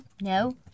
No